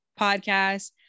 podcast